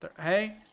Hey